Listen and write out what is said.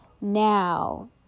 Now